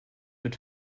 mit